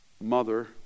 mother